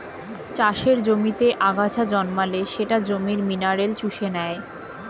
চাষের জমিতে আগাছা জন্মালে সেটা জমির মিনারেল চুষে নেয়